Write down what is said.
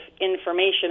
information